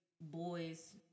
boys